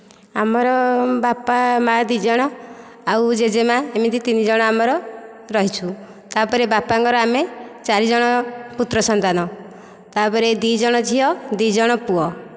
ଆମର ବାପା ମାଆ ଦୁଇ ଜଣ ଆଉ ଜେଜେମା ଏମିତି ତିନି ଜଣ ଆମର ରହିଛୁ ତା'ପରେ ବାପାଙ୍କର ଆମେ ଚାରିଜଣ ପୁତ୍ର ସନ୍ତାନ ତା'ପରେ ଦୁଇଜଣ ଝିଅ ଦୁଇଜଣ ପୁଅ